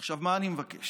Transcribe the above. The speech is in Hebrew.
עכשיו, מה אני מבקש?